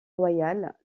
royal